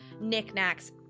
knickknacks